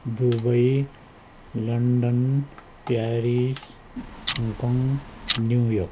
Dubai London Paris Hong Kong New York